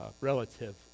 relative